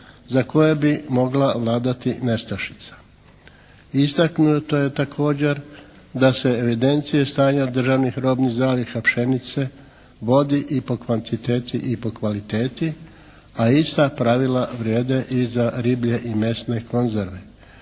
za koje bi mogla vladati nestašica. Istaknuto je također da se evidencije stanja državnih robnih zaliha pšenice vodi i po kvantiteti i po kvaliteti a ista pravila vrijede i za riblje i mesne konzerve.